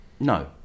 No